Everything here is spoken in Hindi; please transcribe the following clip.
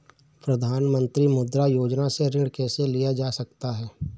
प्रधानमंत्री मुद्रा योजना से ऋण कैसे लिया जा सकता है?